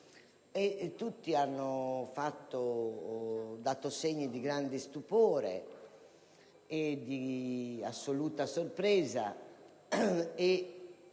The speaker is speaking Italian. Tutti hanno dato segni di grande stupore e di assoluta sorpresa